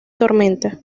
tormenta